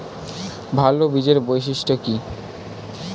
ভাল বীজের বৈশিষ্ট্য কী?